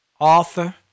Author